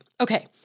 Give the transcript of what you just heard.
Okay